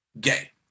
gay